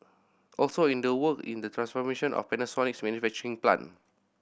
also in the work in the transformation of Panasonic's manufacturing plant